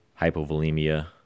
hypovolemia